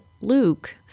Luke